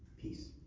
Peace